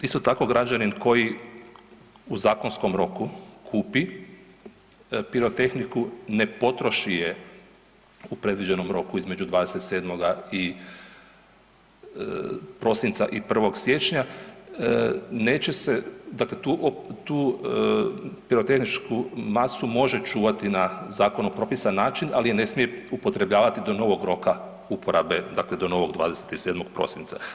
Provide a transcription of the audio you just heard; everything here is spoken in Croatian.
Isto tako građanin koji u zakonskom roku kupi pirotehniku ne potroši je u predviđenom roku između 27. prosinca i 1. siječnja neće se, dakle tu, tu pirotehničku masu može čuvati na zakonom propisan način, ali je ne smije upotrebljavati do novog roka uporabe, dakle do novog 27. prosinca.